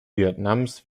vietnams